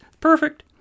Perfect